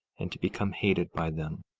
and to become hated by them,